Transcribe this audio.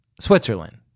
Switzerland